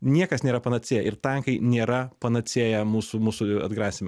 niekas nėra panacėja ir tankai nėra panacėja mūsų mūsų atgrasyme